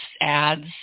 ads